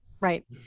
Right